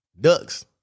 Ducks